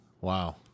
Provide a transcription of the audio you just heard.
Wow